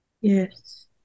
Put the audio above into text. Yes